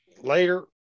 Later